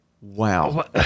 Wow